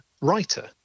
writer